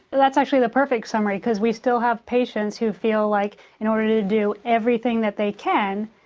that's actually the perfect summary, because we still have patients who feel like in order to do everything that they can,